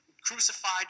crucified